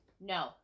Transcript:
no